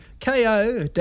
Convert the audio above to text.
ko